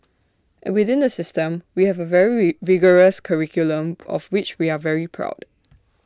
and within the system we have A very re rigorous curriculum of which we are very proud